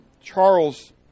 Charles